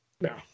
No